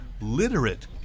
literate